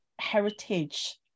heritage